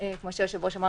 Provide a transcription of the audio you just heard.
כמו שהיושב-ראש אמר,